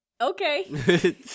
Okay